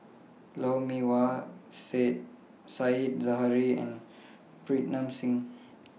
Lou Mee Wah Said Zahari and Pritam Singh